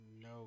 no